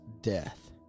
death